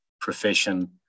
profession